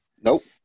Nope